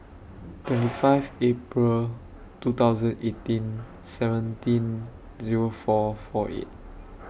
twenty five April two thousand eighteen seventeen Zero four four eight